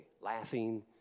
laughing